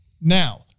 Now